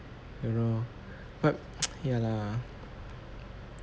you know but ya lah